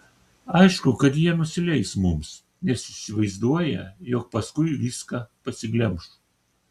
aišku kad jie nusileis mums nes įsivaizduoja jog paskui viską pasiglemš